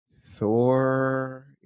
Thor